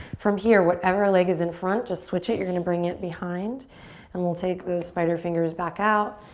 from here, whatever leg is in front, just switch it. you're gonna bring it behind and we'll take those spider fingers back out.